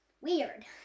Weird